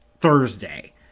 Thursday